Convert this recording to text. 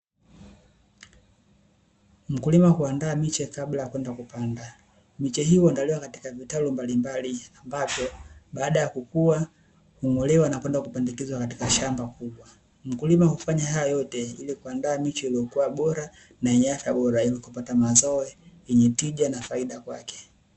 Mkulima huandaa miche kabla ya kwenda kupanda, miche hii huandaliwa katika vitalu mbalimbali ambapo baada ya kukua hung'olewa na kuwenda kupandikizwa katika shamba kubwa. Mkulima hufaya haya yote ili kuandaa miche iliyokuwa bora na yenye afya bora, ili kupata mazao yenye tija na faida kwake.